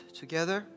together